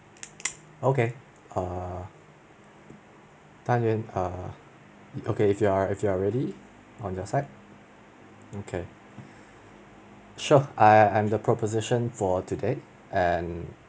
okay err dan-yuan err okay if you are if you are ready on your side okay sure I I'm the proposition for today and